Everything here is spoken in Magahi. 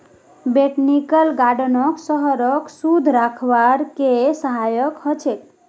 बोटैनिकल गार्डनो शहरक शुद्ध रखवार के सहायक ह छेक